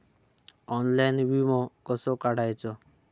Online विमो कसो काढायचो?